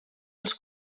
els